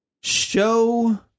show